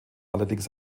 allerdings